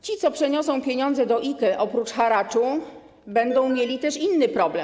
Ci, co przeniosą pieniądze do IKE, oprócz haraczu będą mieli też inny problem.